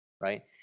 Right